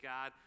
God